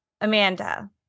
Amanda